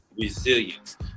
resilience